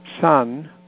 son